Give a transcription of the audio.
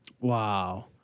Wow